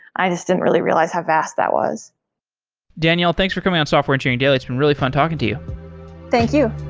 i just didn't really realize how fast that was danielle, thanks for coming on software engineering daily. it's been really fun talking to you thank you